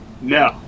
no